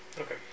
Okay